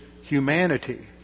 humanity